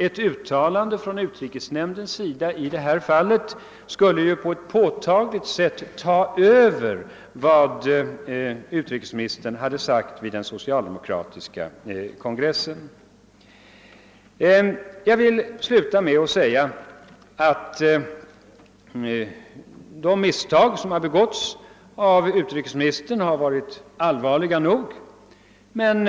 Ett uttalande av utrikesnämnden i det läget skulle ju ta över vad utrikesministern hade sagt vid den socialdemokratiska kongressen. Jag vill sluta med att säga att de misstag som har begåtts av utrikesministern har varit allvarliga nog — men